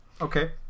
Okay